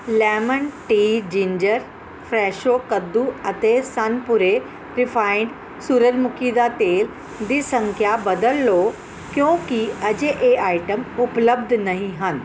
lemon tea ginger Fresho ਕੱਦੂ ਅਤੇ Sunpure refined ਸੂਰਜਮੁਖੀ ਦਾ ਤੇਲ ਦੀ ਸੰਖਿਆ ਬਦਲ ਲਓ ਕਿਉਂਕਿ ਅਜੇ ਇਹ ਆਈਟਮ ਉਪਲੱਬਧ ਨਹੀਂ ਹਨ